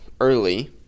early